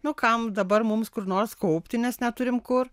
nu kam dabar mums kur nors kaupti nes neturim kur